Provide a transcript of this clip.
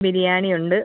ബിരിയാണി ഉണ്ട്